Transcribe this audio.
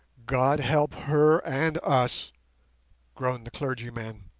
god help her and us groaned the clergyman.